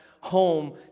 home